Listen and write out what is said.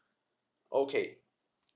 okay